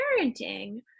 parenting